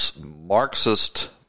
Marxist